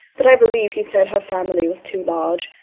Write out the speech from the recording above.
but i believe he said her family was too large.